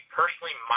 personally